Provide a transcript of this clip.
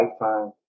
lifetime